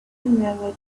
never